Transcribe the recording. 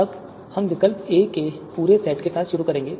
अब हम विकल्प A के पूरे सेट के साथ शुरू करेंगे